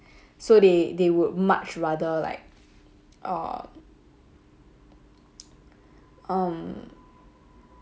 so they they would much rather like err um